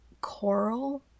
coral